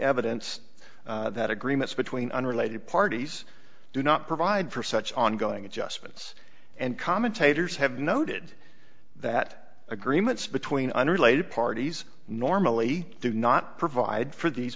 evidence that agreements between unrelated parties do not provide for such ongoing adjustments and commentators have noted that agreements between unrelated parties normally do not provide for these